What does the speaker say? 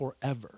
forever